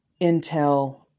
intel